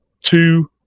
two